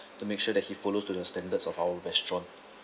to make sure that he follows to the standards of our restaurant